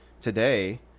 today